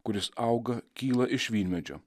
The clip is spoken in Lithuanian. kuris auga kyla iš vynmedžio